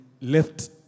left